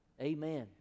Amen